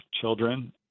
children